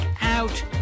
out